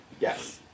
Yes